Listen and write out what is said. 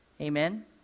Amen